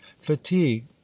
fatigue